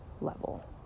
level